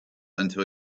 until